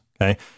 okay